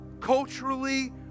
Culturally